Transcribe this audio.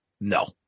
No